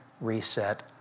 reset